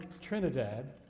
Trinidad